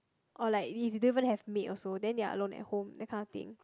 or like if don't even have maid also then they are alone at home that kind of thing